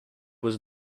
was